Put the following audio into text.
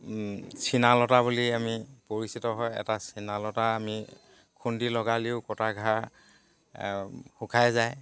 চিনালতা বুলি আমি পৰিচিত হয় এটা চিনালতা আমি খুন্দি লগালেও কটাঘা শুকাই যায়